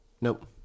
Nope